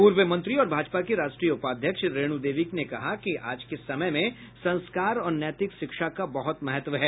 पूर्व मंत्री और भाजपा की राष्ट्रीय उपाध्यक्ष रेणू देवी ने कहा कि आज के समय में संस्कार और नैतिक शिक्षा का बहत महत्व है